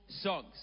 songs